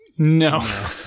No